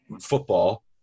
football